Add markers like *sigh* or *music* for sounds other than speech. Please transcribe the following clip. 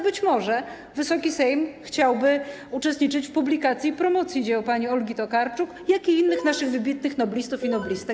Być może Wysoki Sejm chciałby uczestniczyć w publikacji i promocji dzieł pani Olgi Tokarczuk, jak i innych naszych wybitnych *noise* noblistów i noblistek.